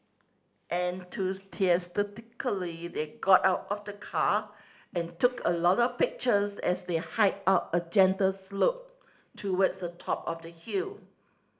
enthusiastically they got out of the car and took a lot of pictures as they hiked up a gentle slope towards the top of the hill